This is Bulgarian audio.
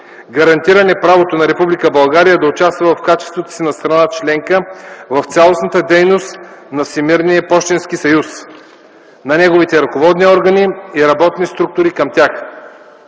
гарантиране правото на Република България да участва в качеството си на страна членка в цялостната дейност на Всемирния пощенски съюз, на неговите ръководни органи и работните структури към тях.